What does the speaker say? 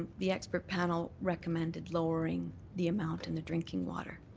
the expert panel recommended lowering the amount in the drinking water.